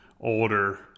older